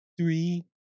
Three